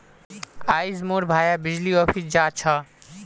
आइज मोर भाया बिजली ऑफिस जा छ